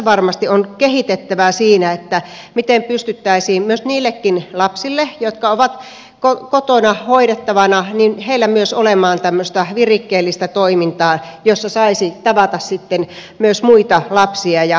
varmasti on kehitettävää siinä miten pystyttäisiin myös niille lapsille jotka ovat kotona hoidettavana tarjoamaan tämmöistä virikkeellistä toimintaa jossa saisi tavata myös muita lapsia ja ryhmäytyä